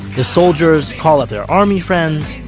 the soldiers call up their army friends.